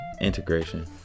integration